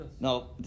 No